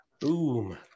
Boom